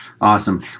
Awesome